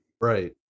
Right